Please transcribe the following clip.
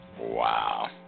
Wow